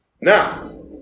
Now